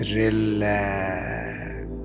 relax